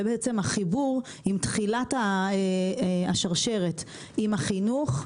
למעשה החיבור הוא עם תחילת השרשרת עם החינוך.